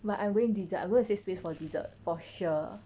but I going desert I'm going save space for dessert for sure